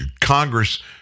Congress